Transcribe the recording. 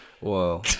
Whoa